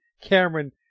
Cameron